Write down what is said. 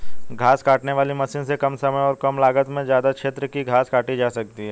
घास काटने वाली मशीन से कम समय और कम लागत में ज्यदा क्षेत्र की घास काटी जा सकती है